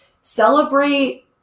celebrate